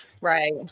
Right